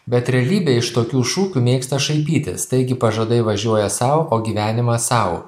bet realybėj iš tokių šūkių mėgsta šaipytis taigi pažadai važiuoja sau o gyvenimas sau